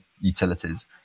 utilities